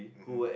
mmhmm